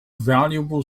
valuable